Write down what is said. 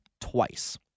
twice